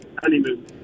Honeymoon